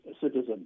citizen